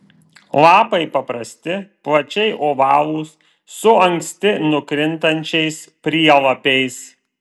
lapai paprasti plačiai ovalūs su anksti nukrintančiais prielapiais